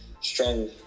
strong